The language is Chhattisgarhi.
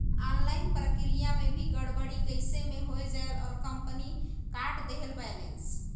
ऑनलाइन प्रक्रिया मे भी गड़बड़ी कइसे मे हो जायेल और कंपनी काट देहेल बैलेंस?